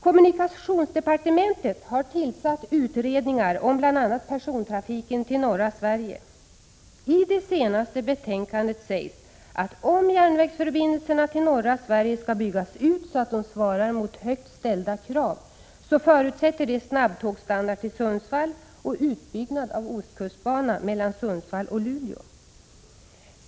Kommunikationsdepartementet har tillsatt utredningar om bl.a. persontrafiken till norra Sverige. I det senaste betänkandet sägs, att om järnvägsförbindelserna till norra Sverige skall byggas ut så att de svarar mot högt ställda krav, förutsätter det snabbtågsstandard till Sundsvall och utbyggnad av ostkustbanan mellan Sundsvall och Luleå.